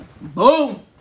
Boom